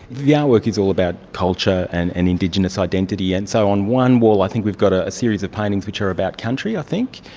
the artwork is all about culture and and indigenous identity and so on. on one wall i think we've got ah a series of paintings which are about country i think.